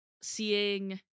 Seeing